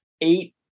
eight